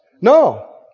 No